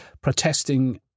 protesting